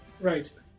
Right